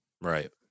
right